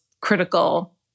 critical